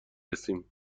رسیم